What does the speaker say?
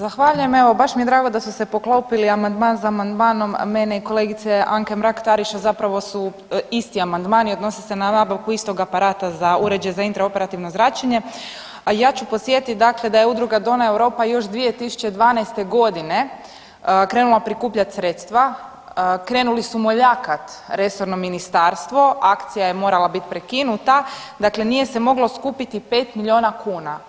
Zahvaljujem evo, baš mi je drago da su se poklopili amandman za amandmanom mene i kolegice Anke Mrak Taritaš zapravo su isti amandmani, odnose se na nabavku istog aparata za, uređaj za intra operativno zračenje a ja ću podsjetiti dakle, da je Udruga Donna Europa još 2012. godine krenula prikupljati sredstva krenuli su moljakat resorno ministarstvo, akcija je morala biti prekinuta, dakle nije se moglo skupiti 5 milijuna kuna.